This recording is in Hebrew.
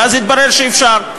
ואז התברר שאפשר.